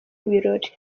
ibirori